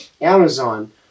Amazon